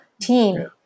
team